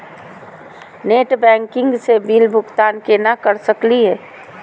Net banking स bill भुगतान केना कर सकली हे?